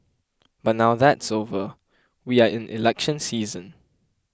but now that's over we are in election season